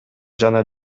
жана